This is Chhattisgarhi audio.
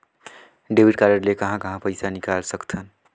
डेबिट कारड ले कहां कहां पइसा निकाल सकथन?